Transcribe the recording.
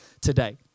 today